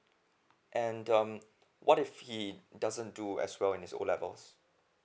and um what if he doesn't do as well in his O levels